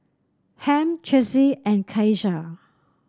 Ham Chessie and Keisha